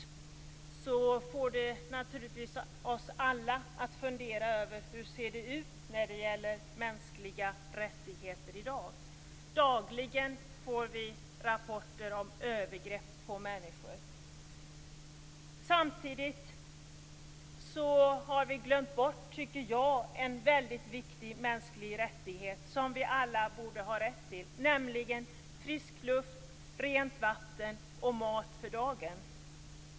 Det får naturligtvis oss alla att fundera över hur det ser ut med de mänskliga rättigheterna i dag. Dagligen får vi rapporter om övergrepp på människor. Samtidigt tycker jag att vi har glömt bort en väldigt viktig mänsklig rättighet som vi alla borde ha rätt till, nämligen frisk luft, rent vatten och mat för dagen.